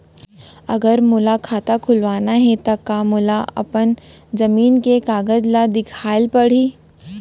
अगर मोला खाता खुलवाना हे त का मोला अपन जमीन के कागज ला दिखएल पढही?